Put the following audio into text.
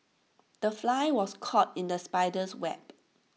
the fly was caught in the spider's web